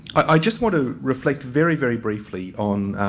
i just want to reflect very, very briefly on